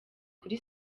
kuri